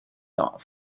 not